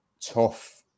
tough